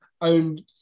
owned